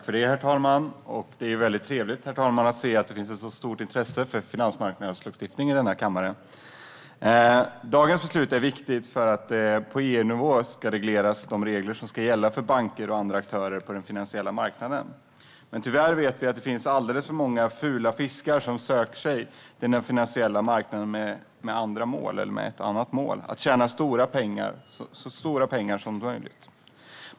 Herr talman! Det är väldigt trevligt att se att det finns ett så stort intresse för finansmarknadslagstiftning i denna kammare. Dagens beslut är viktigt för att de regler som gälla för banker och andra aktörer på den finansiella marknaden ska regleras på EU-nivå. Tyvärr vet vi att det finns alldeles för många fula fiskar som söker sig till den finansiella marknaden med ett annat mål: att tjäna så stora pengar som möjligt.